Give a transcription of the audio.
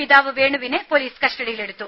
പിതാവ് വേണുവിനെ പോലീസ് കസ്ററഡിയിലെടുത്തു